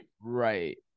right